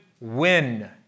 win